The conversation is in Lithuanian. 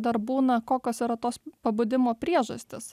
dar būna kokios yra tos pabudimo priežastis